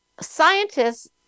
scientists